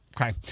Okay